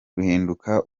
ruhinduka